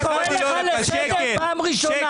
אני קורא לך לסדר פעם ראשונה.